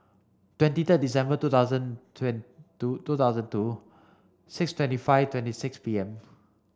twenty third December two thousand two two thousand two six twenty five twenty six P M